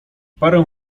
parę